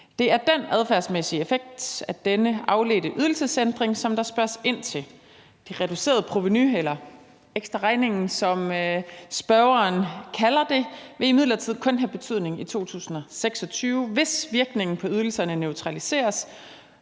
Det er den adfærdsmæssige effekt af denne afledte ydelsesændring, som der spørges ind til. Det reducerede provenu eller ekstraregningen, som spørgeren kalder det, vil imidlertid kun have betydning i 2026, hvis virkningen på ydelserne neutraliseres,